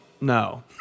no